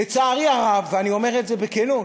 לצערי הרב, ואני אומר את זה בכנות,